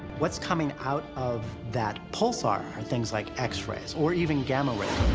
what's coming out of that pulsar are things like x-rays, or even gamma rays.